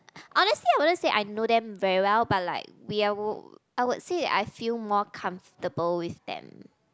honestly I wouldn't say I know them very well but like we are I would say I feel more comfortable with them